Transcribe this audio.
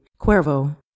Cuervo